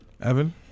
Evan